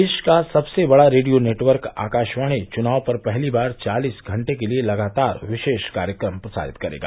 देश का सबसे बड़ा रेडियो नेटवर्क आकाशवाणी चुनाव पर पहली बार चालिस घंटे के लिए लगातार विशेष कार्यक्रम प्रसारित करेगा